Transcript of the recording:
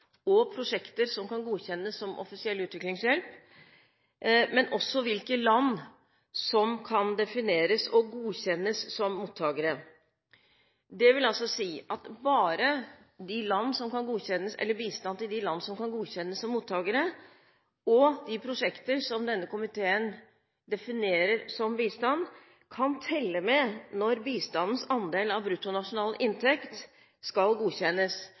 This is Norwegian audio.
og prosjekter som kan godkjennes som offisiell utviklingshjelp, men også hvilke land som kan defineres og godkjennes som mottakere. Det vil altså si at bare bistand til de land som kan godkjennes som mottakere, og de prosjekter som denne komiteen definerer som bistand, kan telle med når bistandens andel av bruttonasjonalinntekt skal godkjennes.